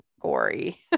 gory